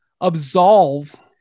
absolve